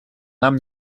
нам